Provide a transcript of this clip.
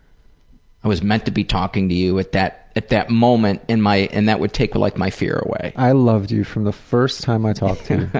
i was meant to be talking to you at that at that moment, and my and that would take like my fear away. i loved you from the first time i talked to